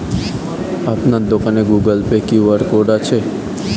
আপনার দোকানে Google Pay QR code আছে?